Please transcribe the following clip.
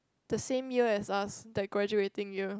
the same year as us the graduating year